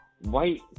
white